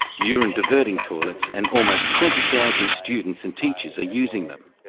urine diverting toilets, and almost twenty thousand students and teachers are using them.